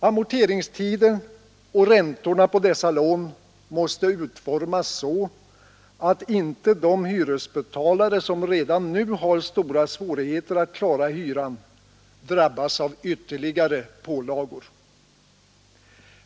Amorteringstiden och räntorna på dessa lån måste utformas så, att inte de hyresbetalare som redan nu har stora svårigheter att klara hyran drabbas av ytterligare pålagor.